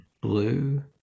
blue